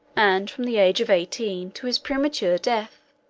and from the age of eighteen to his premature death,